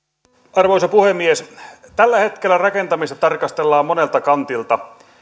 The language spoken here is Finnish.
arvoisa puhemies tällä hetkellä rakentamista tarkastellaan monelta kantilta